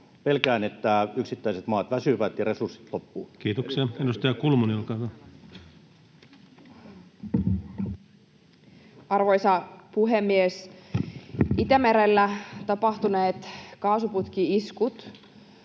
koputtaa] että yksittäiset maat väsyvät ja resurssit loppuvat. Kiitoksia. — Edustaja Kulmuni, olkaa hyvä. Arvoisa puhemies! Itämerellä tapahtuneet kaasuputki-iskut